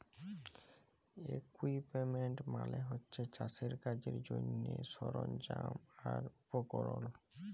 equipment মালে হছে চাষের কাজের জ্যনহে সরল্জাম আর উপকরল